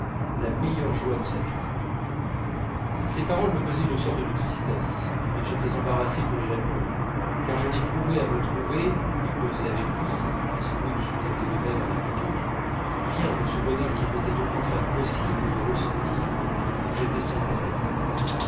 la meilleure joie de sa vie ces paroles me causaient une sorte de tristesse et j'étais embarrassé pour y répondre car je n'éprouvais à me trouver à causer avec lui et sans doute c'eût été de même avec tout autre rien de ce bonheur qu'il m'était au contraire possible de ressentir quand j'étais sans compagnon